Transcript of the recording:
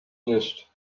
list